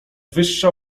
wyższa